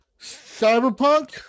cyberpunk